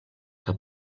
que